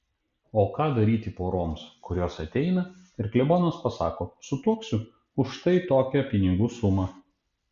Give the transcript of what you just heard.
o ką daryti poroms kurios ateina ir klebonas pasako sutuoksiu už štai tokią pinigų sumą